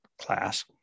class